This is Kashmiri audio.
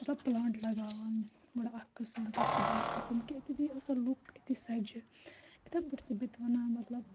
مطلب پٕلانٛٹ لَگاوان گۄڈٕ اَکھ قٕسٕم پَتہٕ چھِ بیٛاکھ قٕسٕم کہِ أتی دی أصٕل لُک أتی سَجہِ یِتھَے پٲٹھۍ چھَس بہٕ تہِ وَنان مطلب